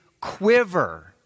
quiver